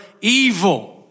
evil